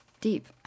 deep